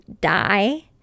die